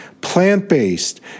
plant-based